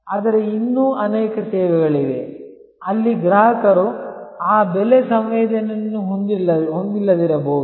ಆದರೆ ಇನ್ನೂ ಅನೇಕ ಸೇವೆಗಳಿವೆ ಅಲ್ಲಿ ಗ್ರಾಹಕರು ಆ ಬೆಲೆ ಸಂವೇದನೆಯನ್ನು ಹೊಂದಿಲ್ಲದಿರಬಹುದು